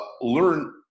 learn